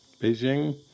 Beijing